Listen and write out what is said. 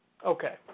Okay